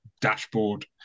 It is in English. dashboard